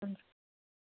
हुन्छ